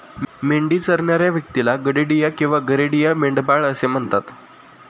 मेंढी चरणाऱ्या व्यक्तीला गडेडिया किंवा गरेडिया, मेंढपाळ म्हणतात